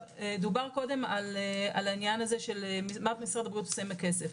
דובר קודם על העניין של מה משרד הבריאות עושה עם הכסף.